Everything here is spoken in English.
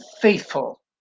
faithful